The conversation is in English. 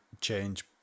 change